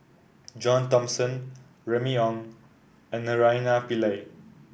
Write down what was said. John Thomson Remy Ong and Naraina Pillai